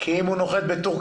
כי אם הוא נוחת בטורקיה,